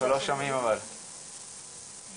שהיא גם עולמית וגם בישראל יש רבים שסובלים ממנה.